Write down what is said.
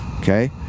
okay